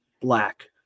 black